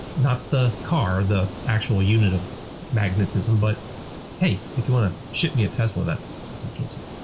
not the car, the actual unit of magnetism, but hey, if you want to ship me a tesla, that's that's okay too.